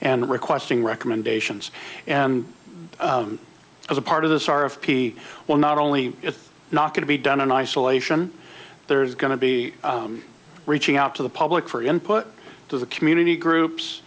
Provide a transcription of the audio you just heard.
and requesting recommendations and as a part of this are of p well not only is not going to be done in isolation there is going to be reaching out to the public for input to the community groups